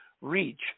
reach